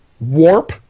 warp